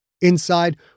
Inside